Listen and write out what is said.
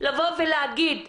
לבוא ולהגיד,